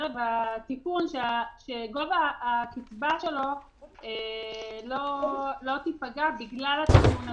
התיקון הוא שגובה הקצבה שלו לא יפגע בגלל התיקון הזה.